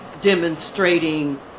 demonstrating